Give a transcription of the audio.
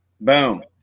Boom